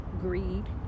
greed